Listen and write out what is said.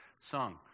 song